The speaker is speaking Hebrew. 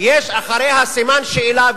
יש אחריהן סימן שאלה,